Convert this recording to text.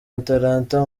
atlanta